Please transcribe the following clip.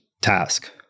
task